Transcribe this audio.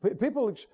people